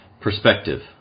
perspective